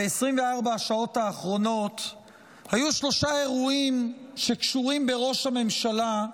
ב-24 השעות האחרונות היו שלושה אירועים שקשורים בראש הממשלה,